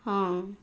ହଁ